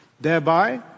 Thereby